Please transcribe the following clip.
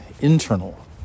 internal